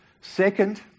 Second